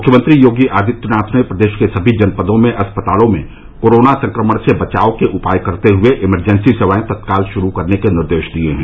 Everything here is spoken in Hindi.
मुख्यमंत्री योगी आदित्यनाथ ने प्रदेश के सभी जनपदों में अस्पतालों में कोरोना संक्रमण से बचाव के उपाय करते हुए इमरजेंसी सेवाएं तत्काल शुरू करने के निर्देश दिए हैं